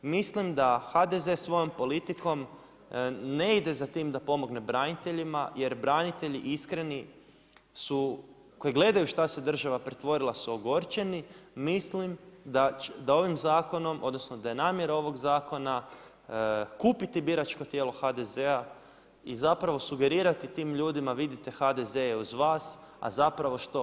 Mislim da HDZ svojom politikom ne ide za tim da pomogne braniteljima jer branitelji iskreni su koji gledaju u šta se država pretvorila, su ogorčeni, mislim da ovim zakonom, odnosno da je namjera ovog zakona kupiti biračko tijelo HDZ-a i zapravo sugerirati tim ljudima, vidite HDZ je uz vas a zapravo što?